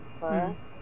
first